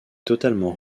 totalement